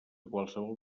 qualsevol